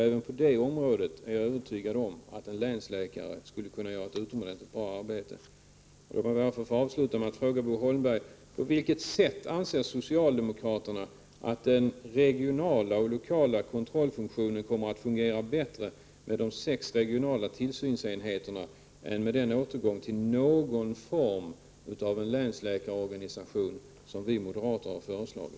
Jag är övertygad om att en länsläkare skulle kunna göra ett utomordentligt bra arbete även på detta område. Jag vill avsluta med att fråga Bo Holmberg: På vilket sätt anser socialdemokraterna att den regionala och lokala kontrollfunktionen kommer att fungera bättre med de sex regionala tillsynsenheterna än med den återgång till någon form av en länsläkarorganisation, som vi moderater har föreslagit?